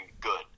good